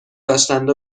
داشتند